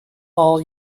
all